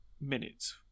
minutes